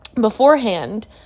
beforehand